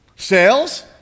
Sales